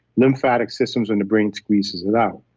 lymphatic system's when the brain squeezes it out.